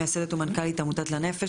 מייסדת ומנכ"לית עמותת לנפ"ש,